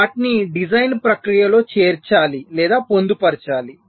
వాటిని డిజైన్ ప్రక్రియలో చేర్చాలి లేదా పొందుపరచాలి